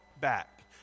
back